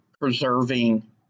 preserving